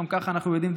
ואנחנו יודעים,